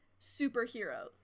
superheroes